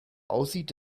aussieht